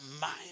mind